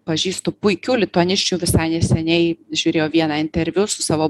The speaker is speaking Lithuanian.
pažįstu puikių lituanisčių visai neseniai žiūrėjau vieną interviu su savo